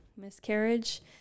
miscarriage